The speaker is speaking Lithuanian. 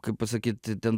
kaip pasakyti ten